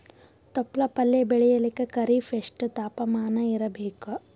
ತೊಪ್ಲ ಪಲ್ಯ ಬೆಳೆಯಲಿಕ ಖರೀಫ್ ಎಷ್ಟ ತಾಪಮಾನ ಇರಬೇಕು?